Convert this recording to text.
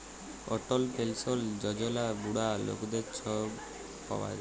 অটল পেলসল যজলা বুড়া লকদের ছব পাউয়া যায়